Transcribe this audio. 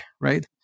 Right